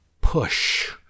Push